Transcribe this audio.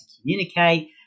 communicate